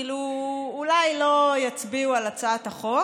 אולי לא יצביעו על הצעת החוק,